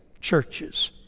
Churches